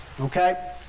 Okay